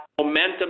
momentum